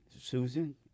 Susan